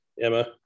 emma